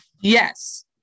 Yes